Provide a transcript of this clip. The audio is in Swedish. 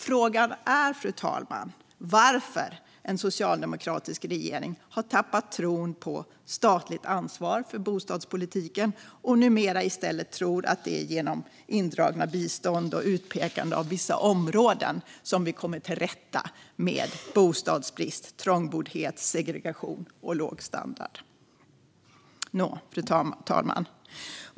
Frågan är, fru talman, varför en socialdemokratisk regering har tappat tron på statligt ansvar för bostadspolitiken och numera i stället tror att det är genom indragna bistånd och utpekande av vissa områden som vi kommer till rätta med bostadsbrist, trångboddhet, segregation och låg standard. Fru talman!